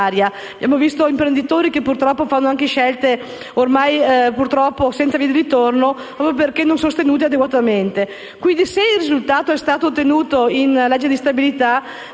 Abbiamo visto imprenditori che, purtroppo, fanno anche scelte senza via di ritorno, proprio perché non sostenuti adeguatamente. Quindi, se il risultato è stato ottenuto in legge di stabilità,